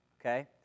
Okay